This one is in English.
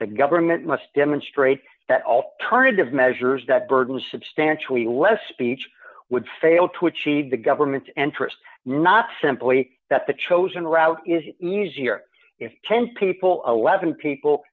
the government must demonstrate that alternative measures that burden to substantially less speech would fail to achieve the government and tryst not simply that the chosen route is easier if ten people eleven people